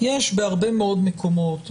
שיש בהרבה מאוד מקומות,